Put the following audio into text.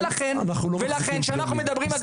ולכן כשאנחנו מדברים על